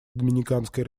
доминиканской